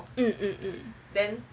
eh eh eh